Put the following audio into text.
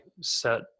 set